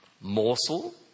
morsel